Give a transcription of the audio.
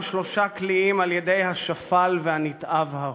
שלושה קליעים על-ידי השפל והנתעב ההוא.